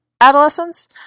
adolescents